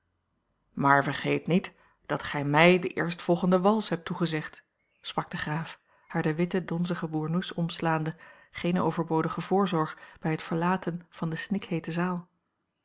maar vergeet niet dat gij mij de eerstvolgende wals hebt toegezegd sprak de graaf haar den witten donzigen boernoes omslaande geene overbodige voorzorg bij het verlaten van de snikheete zaal